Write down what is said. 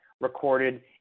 recorded